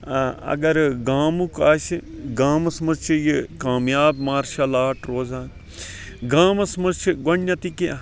اگر گامُک آسہِ گامَس مَنٛز چھِ یہِ کامیاب مارشَل آرٹ روزان گامَس مَنٛز چھِ گۄڈنیٚتھٕے کہِ